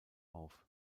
auf